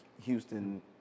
Houston